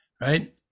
right